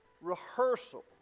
rehearsal